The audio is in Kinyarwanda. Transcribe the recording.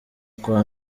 nka